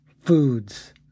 foods